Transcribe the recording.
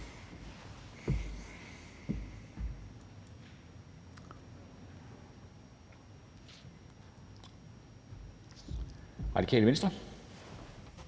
Radikale Venstre.